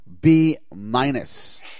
B-minus